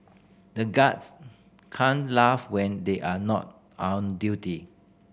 the guards can't laugh when they are not on duty